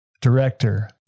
director